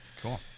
Cool